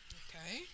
okay